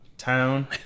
town